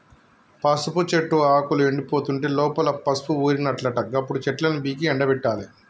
పసుపు చెట్టు ఆకులు ఎండిపోతుంటే లోపల పసుపు ఊరినట్లట గప్పుడు చెట్లను పీకి ఎండపెట్టాలి